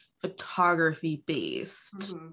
photography-based